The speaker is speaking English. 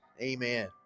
amen